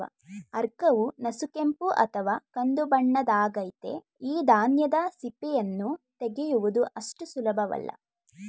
ಆರ್ಕವು ನಸುಗೆಂಪು ಅಥವಾ ಕಂದುಬಣ್ಣದ್ದಾಗಯ್ತೆ ಈ ಧಾನ್ಯದ ಸಿಪ್ಪೆಯನ್ನು ತೆಗೆಯುವುದು ಅಷ್ಟು ಸುಲಭವಲ್ಲ